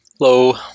Hello